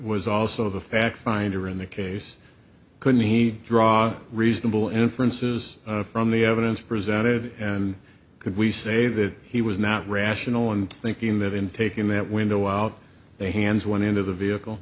was also the fact finder in the case couldn't he draw reasonable inferences from the evidence presented and could we say that he was not rational and thinking that in taking minute window out the hands went into the vehicle